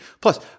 Plus